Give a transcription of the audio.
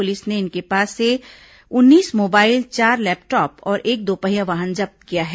police ने इनके पास से उन्नीस मोबाइल चार लैपटॉप और एक दोपहिया वाहन जब्त किया है